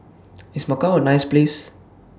IS Macau A nice Place